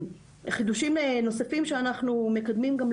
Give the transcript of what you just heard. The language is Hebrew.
חידושים נוספים שאנחנו מקדמים גם,